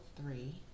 three